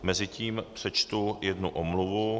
Mezitím přečtu jednu omluvu.